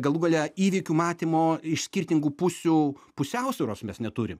galų gale įvykių matymo iš skirtingų pusių pusiausvyros mes neturim